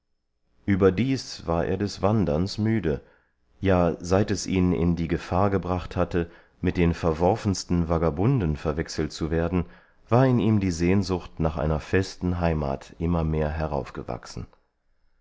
überdies war er des wanderns müde ja seit es ihn in die gefahr gebracht hatte mit den verworfensten vagabunden verwechselt zu werden war in ihm die sehnsucht nach einer festen heimat immer mehr